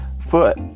foot